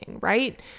right